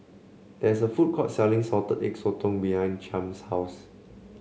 there is a food court selling Salted Egg Sotong behind Chaim's house